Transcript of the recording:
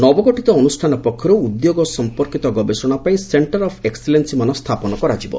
ନବଗଠିତ ଅନୁଷ୍ଠାନ ପକ୍ଷରୁ ଉଦ୍ୟୋଗ ସମ୍ୟନ୍ବୀୟ ଗବେଷଣା ପାଇଁ ସେଂଟର ଅ' ଏକ୍ଲେନ୍ ମାନ ସ୍ରାପନ କରାଯିବ